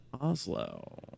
Oslo